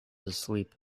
asleep